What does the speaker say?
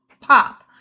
pop